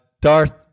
Darth